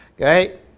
Okay